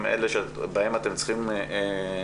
הם אלה שבהם אתם צריכים לתמוך.